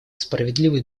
справедливый